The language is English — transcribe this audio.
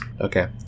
Okay